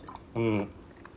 mm